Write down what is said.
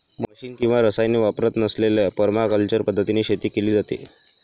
machine किंवा रसायने वापरत नसलेल्या परमाकल्चर पद्धतीने शेती केली जाते